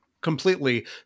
completely